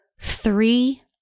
three